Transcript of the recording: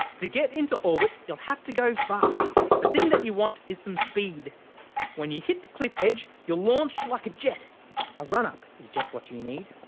to get into orbit you'll have to go fast the thing that you want is some speed when you hit the cliff edge, you'll launch like a jet a run up is just what you you need.